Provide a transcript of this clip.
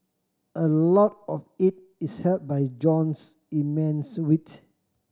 a lot of it is help by Jean's immense wit